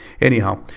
anyhow